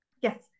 Yes